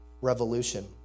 revolution